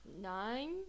Nine